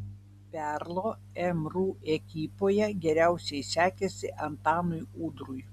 perlo mru ekipoje geriausiai sekėsi antanui udrui